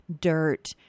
dirt